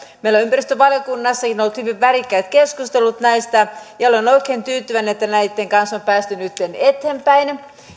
meillä ympäristövaliokunnassakin on ollut hyvin värikkäät keskustelut näistä ja olen oikein tyytyväinen että näitten kanssa on päästy nytten eteenpäin